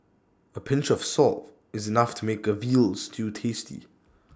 A pinch of salt is enough to make A Veal Stew tasty